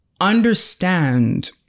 understand